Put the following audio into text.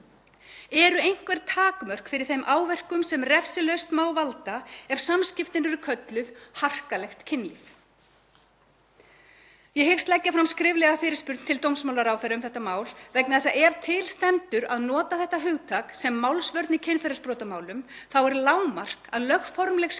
Eru einhver takmörk fyrir þeim áverkum sem refsilaust má valda ef samskiptin eru kölluð harkalegt kynlíf? Ég hyggst leggja fram skriflega fyrirspurn til dómsmálaráðherra um þetta mál vegna þess að ef til stendur að nota þetta hugtak sem málsvörn í kynferðisbrotamálum þá er lágmark að lögformleg skilgreining